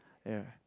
ya